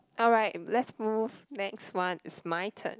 alright let's move next one is my turn